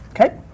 okay